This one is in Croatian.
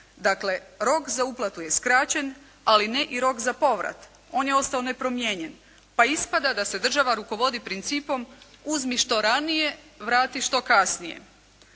Dakle rok za uplatu je skraćen ali ne i rok za povrat, on je ostao nepromijenjen, pa ispada da se država rukovodi principom uzmi što ranije vrati što kasnije.